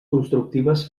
constructives